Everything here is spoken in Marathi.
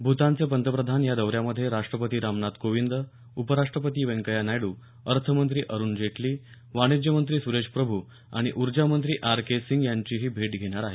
भूतानचे पंतप्रधान या दौऱ्यामध्ये राष्ट्रपती रामनाथ कोविंद उपराष्ट्रपती व्यंकय्या नायडू अर्थमंत्री अरुण जेटली वाणिज्यमंत्री सुरेश प्रभू आणि ऊर्जा मंत्री आर के सिंग यांचीही भेट घेणार आहेत